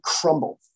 crumble